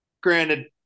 Granted